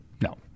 No